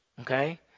okay